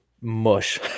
mush